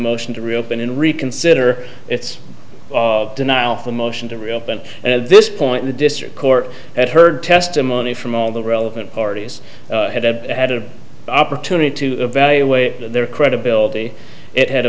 motion to reopen and reconsider its of denial for a motion to reopen at this point the district court that heard testimony from all the relevant parties had had an opportunity to evaluate their credibility it had